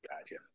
Gotcha